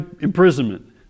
imprisonment